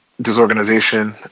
Disorganization